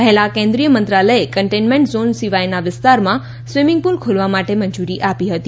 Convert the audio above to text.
પહેલા કેન્દ્રિય મંત્રાલયે કન્ટેઇનમેન્ટ ઝોન સિવાયના વિસ્તારમાં સ્વીમીંગ પુલ ખોલવા માટે મંજુરી આપી હતી